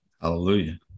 Hallelujah